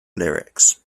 lyrics